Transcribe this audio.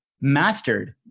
mastered